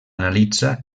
analitza